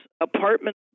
apartment